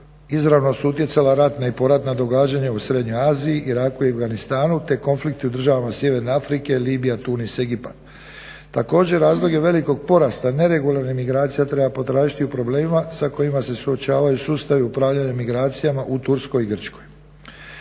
izravno su utjecala ratna i poratna događanja u Srednjoj Aziji, Iraku i Afganistanu te konflikti u državama Sjeverne Afrike, Libije, Tunisa i Egipta. Također je razlog velikog porasta neregularnih migracija treba potražiti u problemima sa kojima se suočavaju sustavi upravljanja migracijama u Turskoj i Grčkoj.